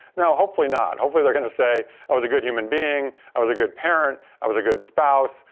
no hopefully, not. hopefully, they're going to say i was a good human being, i was a good parent, i was a good spouse,